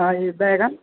आओर ई बैगन